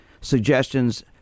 suggestions